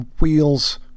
wheels